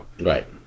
Right